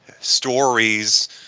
stories